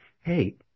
hey